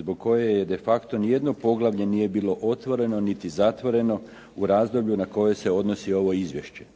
zbog koje de facto ni jedno poglavlje nije bilo otvoreno niti zatvoreno u razdoblju na koje se odnosi ovo izvješće.